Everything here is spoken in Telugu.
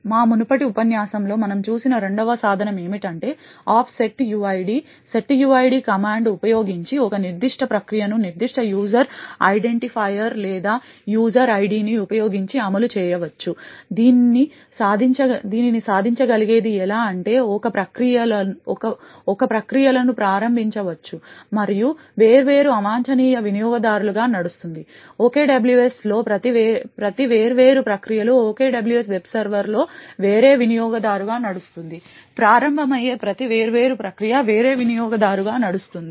మా మునుపటి ఉపన్యాసంలో మనం చూసిన రెండవ సాధనం ఏమిటంటే off setuid setuid కమాండ్ ఉపయోగించి ఒక నిర్దిష్ట ప్రక్రియను నిర్దిష్ట యూజర్ ఐడెంటిఫైయర్ లేదా యూజర్ ఐడిని ఉపయోగించి అమలు చేయవచ్చు దీనిని సాధించగలిగేది ఎలా ఆంటే ఒక ప్రక్రియలను ప్రారంభించవచ్చు మరియు వేర్వేరు అవాంఛనీయ వినియోగదారులుగా నడుస్తుంది OKWS లో ప్రతి వేర్వేరు ప్రక్రియలు OKWS వెబ్ సర్వర్లో వేరే వినియోగదారుగా నడుస్తాయి ప్రారంభమయ్యే ప్రతి వేర్వేరు ప్రక్రియ వేరే వినియోగదారుగా నడుస్తుంది